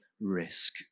risk